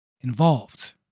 involved